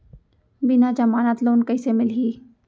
बिना जमानत लोन कइसे मिलही?